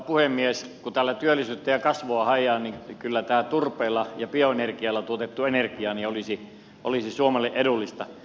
kun täällä työllisyyttä ja kasvua haetaan niin kyllä tämä turpeella ja bioenergialla tuotettu energia olisi suomelle edullista